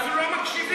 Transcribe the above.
אתם אפילו לא מקשיבים.